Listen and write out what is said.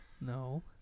No